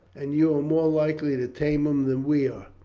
and you are more likely to tame him than we are.